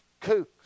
kooks